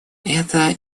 это